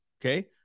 okay